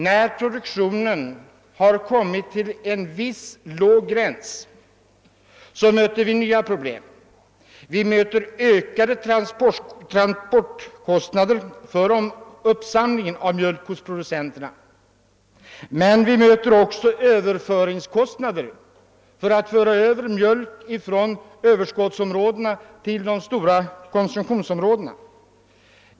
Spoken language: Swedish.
När produktionen kommit till en viss låg gräns, möter vi ett nytt problem. Vi får ökade kostnader för uppsamlingen av mjölken hos producenterna. Men vi får också kostnader för överföring av mjölk från överskottsområdena till de stora konsumtionsområdena.